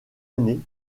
année